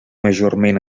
majorment